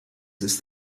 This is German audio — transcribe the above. ist